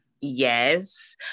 Yes